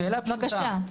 שאלה פשוטה.